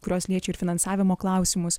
kurios liečia ir finansavimo klausimus